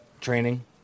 training